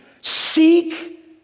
Seek